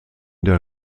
der